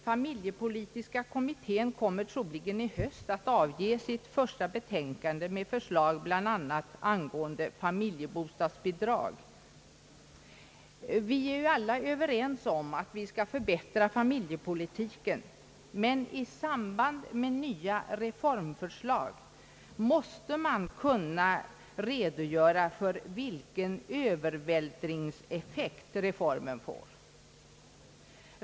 Familjepolitiska kommittén kommer troligen i höst att avge sitt första betänkande med förslag bl.a. angående familjebostadsbidragen. Vi är överens om att vi skall förbättra familjepolitiken, men i samband med nya reformförslag måste man kunna redogöra för vilken övervältringseffekt reformen får.